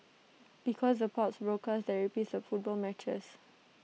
because the pubs broadcast the repeats of football matches